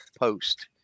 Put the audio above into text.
post